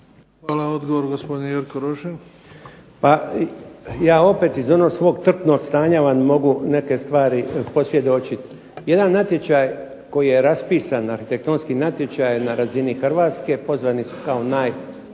Jerko Rošin. **Rošin, Jerko (HDZ)** Pa ja opet iz onog svog trpnog stanja vam mogu neke stvari posvjedočiti. Jedan natječaj koji je raspisan na, arhitektonski natječaj na razini Hrvatske, pozvani su kao najpoznatiji